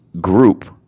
group